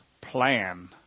plan